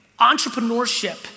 entrepreneurship